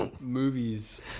movies